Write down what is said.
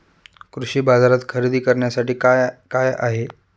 कृषी बाजारात खरेदी करण्यासाठी काय काय आहे?